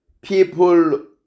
people